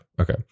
Okay